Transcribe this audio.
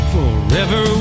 Forever